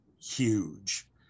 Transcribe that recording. huge